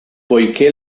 poiché